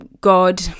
God